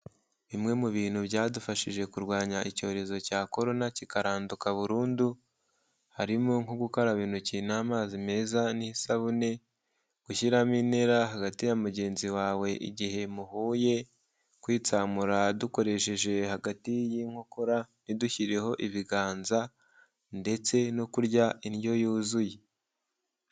Bimwe mu bintu byadufashije kurwanya icyorezo cya korona kikaranduka burundu, harimo nko gukaraba intoki n'amazi meza n'isabune, gushyiramo intera hagati ya mugenzi wawe igihe muhuye, kwitsamura dukoresheje hagati y'inkokora ntidushyireho ibiganza ndetse no kurya indyo yuzuye.